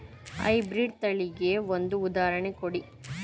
High breed ತಳಿಗೆ ಒಂದು ಉದಾಹರಣೆ ಕೊಡಿ?